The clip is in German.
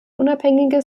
unabhängiges